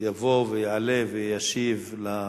יבוא ויעלה וישיב למציעים.